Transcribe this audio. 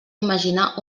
imaginar